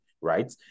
right